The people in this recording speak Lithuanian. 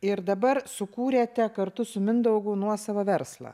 ir dabar sukūrėte kartu su mindaugu nuosavą verslą